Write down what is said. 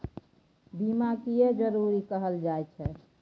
बीमा किये जरूरी कहल जाय छै?